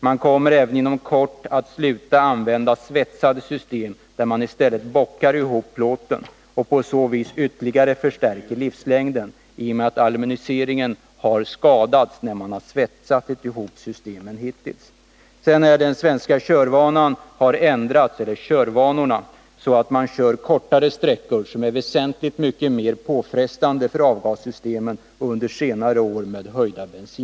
Man kommer inom kort att sluta använda svetsade system och övergå till system där man bockar ihop plåten för att på så sätt ytterligare öka livslängden. Hittills har det varit så att alumineringen skadas när man svetsat ihop systemen. Vidare har de svenska körvanorna ändrats under senare år på grund av höjda bensinpriser, så att man kör kortare sträckor. Detta är väsentligt mycket mer påfrestande för avgassystemen.